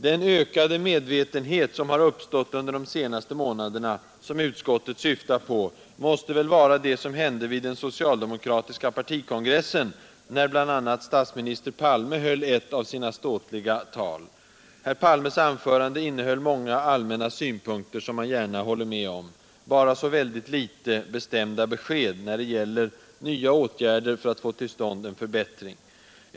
Den ökade medvetenhet som har uppstått de senaste månaderna, som utskottet syftar på, måste väl vara det som hände vid den socialdemokratiska partikongressen, då bl.a. statsminister Palme höll ett av sina ståtliga tal. Herr Palmes anförande innehöll många allmänna synpunkter, som man gärna håller med om, men väldigt litet av bestämda besked när det gäller nya åtgärder för att få till stånd en förbättring.